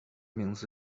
名字